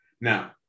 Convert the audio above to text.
Now